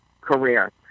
career